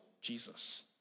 Jesus